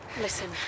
Listen